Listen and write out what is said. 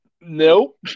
nope